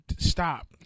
Stop